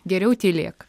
geriau tylėk